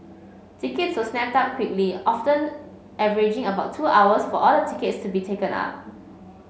tickets were snapped up quickly often averaging about two hours for all the tickets to be taken up